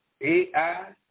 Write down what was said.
AI